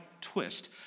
twist